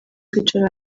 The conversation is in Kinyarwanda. kwicara